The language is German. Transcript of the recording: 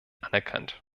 anerkannt